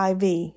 IV